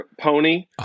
pony